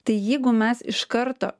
tai jeigu mes iš karto